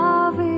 Love